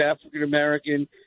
African-American